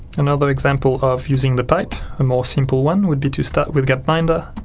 another example of using the pipe, a more simple one would be to start with gapminder,